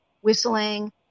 whistling